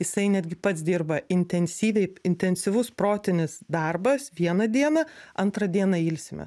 jisai netgi pats dirba intensyviai intensyvus protinis darbas vieną dieną antrą dieną ilsimės